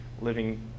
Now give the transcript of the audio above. living